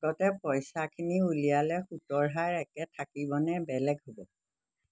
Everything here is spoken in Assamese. আগতে পইচাখিনি উলিয়ালে সুতৰ হাৰ একে থাকিবনে বেলেগ হ'ব